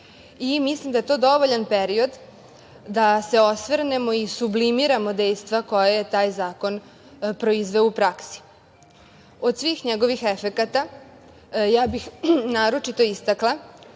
Mislim da je to dovoljan period da se osvrnemo i sublimiramo dejstva koja je taj zakon proizveo u praksi. Od svih njegovih efekata ja bih naročito istakla